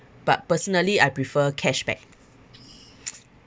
but personally I prefer cashback